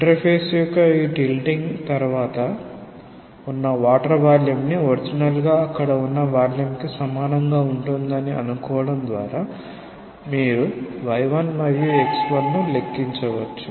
interface యొక్క ఈ tilting తర్వాత ఉన్న వాటర్ వాల్యూమ్ ని ఒరిజినల్ గా అక్కడ ఉన్న వాల్యూమ్ కి సమానంగా ఉంటుందని అనుకోవడం ద్వారా మీరు y1మరియు x1 ను లెక్కించవచ్చు